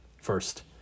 First